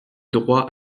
droit